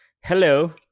Hello